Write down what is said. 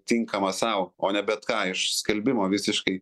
tinkamą sau o ne bet ką iš skelbimo visiškai